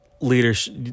leadership